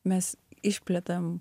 mes išplėtėm